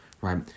right